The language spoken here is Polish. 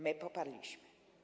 My poparliśmy.